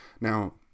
Now